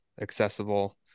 accessible